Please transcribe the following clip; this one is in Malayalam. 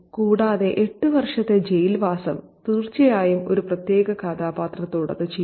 കൂടാതെ 8 വർഷത്തെ ജയിൽവാസം തീർച്ചയായും ഒരു പ്രത്യേക കഥാപാത്രത്തോട് അത് ചെയ്യും